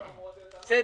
בסדר.